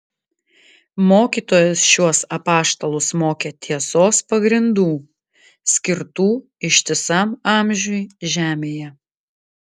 mokytojas šiuos apaštalus mokė tiesos pagrindų skirtų ištisam amžiui žemėje